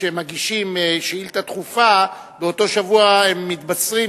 שכשהם מגישים שאילתא דחופה באותו שבוע הם מתבשרים,